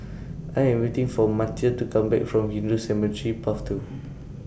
I Am waiting For Matteo to Come Back from Hindu Cemetery Path two